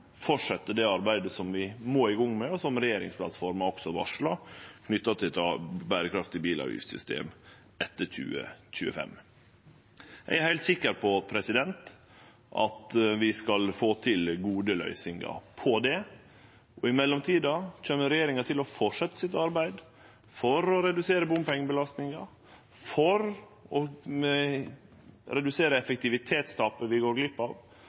det arbeidet vi må kome i gang med, som regjeringsplattforma også har varsla, knytt til eit berekraftig bilavgiftssystem etter 2025. Eg er heilt sikker på at vi skal få til gode løysingar når det gjeld dette. I mellomtida kjem regjeringa til å halde fram arbeidet sitt for å redusere bompengebelastinga, for å redusere effektivitetstapet vi